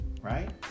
right